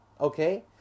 okay